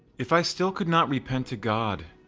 if i still could not repent to god,